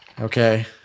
Okay